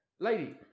Lady